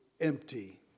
empty